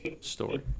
story